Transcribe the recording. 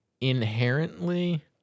Inherently